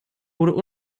wurde